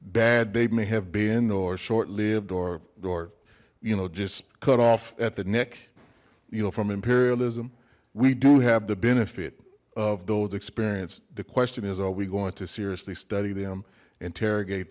bad they may have been or short lived or door you know just cut off at the neck you know from imperialism we do have the benefit of those experience the question is are we going to seriously study them interrogate